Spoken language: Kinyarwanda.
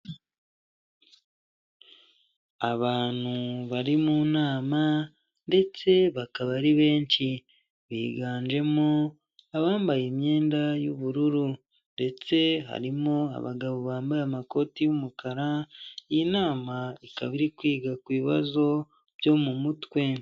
Abantu bari mu nama ndetse bakaba ari benshi, biganjemo abambaye imyenda y'ubururu ndetse harimo abagabo bambaye amakoti y'umukara, iyi nama ikaba iri kwiga ku bibazo byo mu mutwe.